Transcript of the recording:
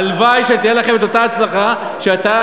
הלוואי שתהיה לכם אותה הצלחה שהייתה